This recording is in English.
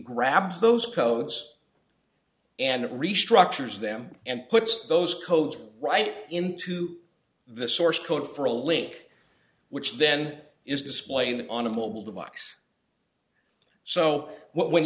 grabs those codes and restructures them and puts those codes right into the source code for a link which then is displayed on a mobile device so when